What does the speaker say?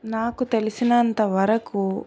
నాకు తెలిసినంతవరకు